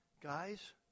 Guys